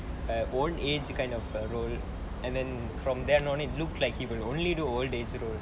err own age err kind of a role and then from then on it looked like he will only do old age role